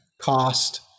cost